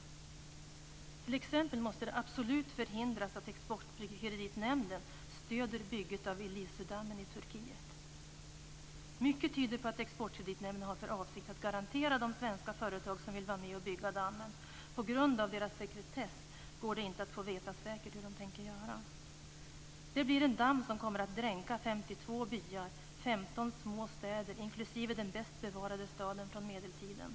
T.ex. måste det absolut förhindras att Exportkreditnämnden stöder bygget av Ilisudammen i Turkiet. Mycket tyder på att Exportkreditnämnden har för avsikt att garantera de svenska företag som vill vara med och bygga dammen. På grund av deras sekretess går det inte att säkert få veta hur de tänker göra. Det blir en damm som kommer att dränka 52 byar och 15 små städer, inklusive den bäst bevarade staden från medeltiden.